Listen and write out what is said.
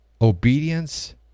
obedience